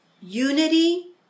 Unity